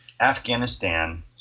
Afghanistan